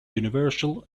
universal